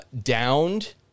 downed